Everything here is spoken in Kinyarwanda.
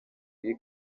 iri